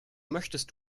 möchtest